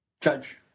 judge